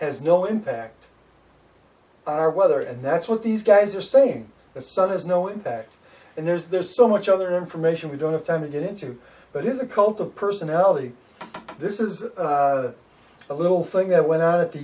has no impact on our weather and that's what these guys are saying the sun has no impact and there's there's so much other information we don't have time to get into but is a cult of personality this is a little thing that went out at the